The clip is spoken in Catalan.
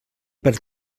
per